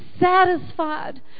satisfied